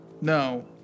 No